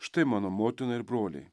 štai mano motina ir broliai